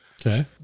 Okay